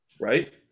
Right